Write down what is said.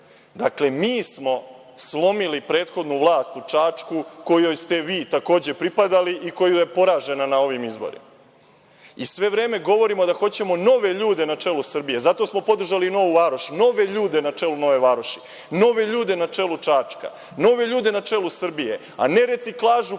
vrste. Dakle, mi smo slomili prethodnu vlast u Čačku kojoj ste vi takođe pripadali i koja je poražena na ovim izborima. I sve vreme govorimo da hoćemo nove ljude na čelu Srbije, zato smo podržali Novu Varoš. Nove ljude na čelu Nove Varoši. Nove ljude na čelu Čačka. Nove ljude na čelu Srbije, a ne reciklažu